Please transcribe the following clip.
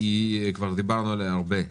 כי כבר דיברנו עליה הרבה,